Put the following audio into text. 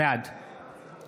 בעד